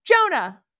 Jonah